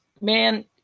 Man